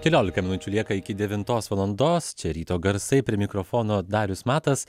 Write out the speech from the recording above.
keliolika minučių lieka iki devintos valandos čia ryto garsai prie mikrofono darius matas